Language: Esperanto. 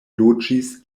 loĝis